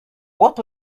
what